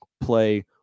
play